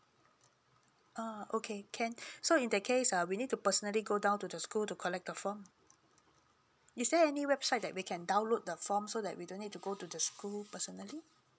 ah okay can so in that case uh we need to personally go down to the school to collect the form is there any website that we can download the form so that we don't need to go to the school personally